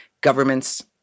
government's